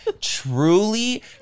truly